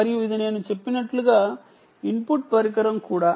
మరియు ఇది నేను చెప్పినట్లుగా ఇన్పుట్ పరికరం కూడా